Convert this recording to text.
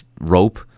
rope